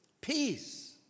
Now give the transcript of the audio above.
Peace